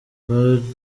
kuri